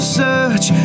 search